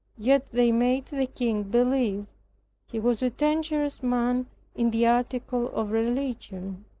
yet they made the king believe he was a dangerous man in the article of religion.